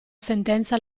sentenza